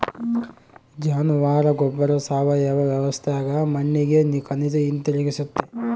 ಜಾನುವಾರ ಗೊಬ್ಬರ ಸಾವಯವ ವ್ಯವಸ್ಥ್ಯಾಗ ಮಣ್ಣಿಗೆ ಖನಿಜ ಹಿಂತಿರುಗಿಸ್ತತೆ